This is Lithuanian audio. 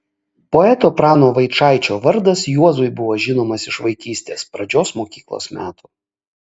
poeto prano vaičaičio vardas juozui buvo žinomas iš vaikystės pradžios mokyklos metų